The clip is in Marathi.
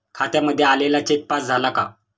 खात्यामध्ये आलेला चेक पास झाला का?